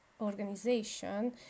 Organization